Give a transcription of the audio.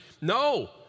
no